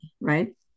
right